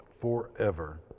forever